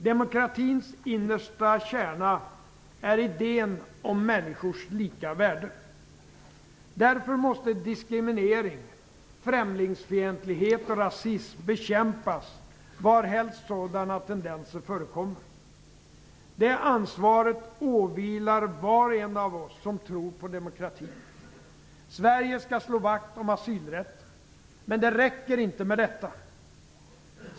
Demokratins innersta kärna är idén om människors lika värde. Därför måste diskriminering, främlingsfientlighet och rasism bekämpas varhelst sådana tendenser förekommer. Det ansvaret åvilar var och en av oss som tror på demokratin. Sverige skall slå vakt om asylrätten. Men det räcker inte med detta.